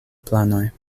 planoj